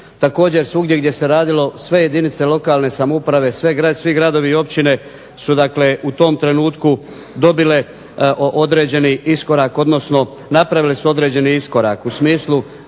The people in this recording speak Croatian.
Također svugdje gdje se radilo, sve jedinice lokalne samouprave, svi gradovi i općine su dakle u tom trenutku dobile određeni iskorak, odnosno napravile su određeni iskorak u smislu